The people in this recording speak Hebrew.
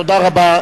תודה רבה.